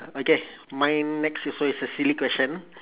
okay mine next also is a silly question